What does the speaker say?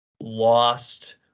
lost